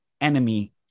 enemy